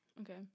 Okay